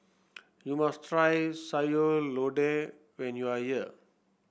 you must try Sayur Lodeh when you are here